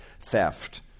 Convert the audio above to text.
theft